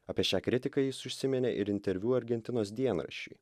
apie šią kritiką jis užsiminė ir interviu argentinos dienraščiui